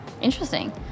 interesting